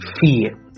fear